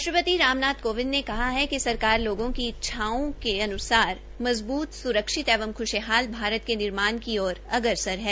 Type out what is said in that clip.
राष्ट्रपति रामनाथ कोविंद ने कहा है कि सरकार लोगों की इच्छाओं के अनुसार मजबूत सुरक्षित एवं खुशहाल भारत के निर्माण की ओर अग्रसर है